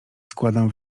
składam